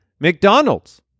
McDonald's